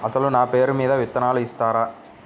అసలు నా పేరు మీద విత్తనాలు ఇస్తారా?